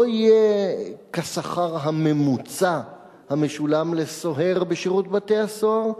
יהיה כשכר הממוצע המשולם לסוהר בשירות בתי-הסוהר,